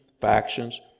factions